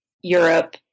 Europe